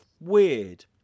weird